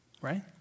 Right